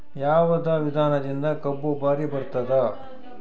ಯಾವದ ವಿಧಾನದಿಂದ ಕಬ್ಬು ಭಾರಿ ಬರತ್ತಾದ?